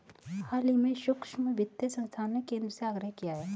हाल ही में सूक्ष्म वित्त संस्थाओं ने केंद्र से आग्रह किया है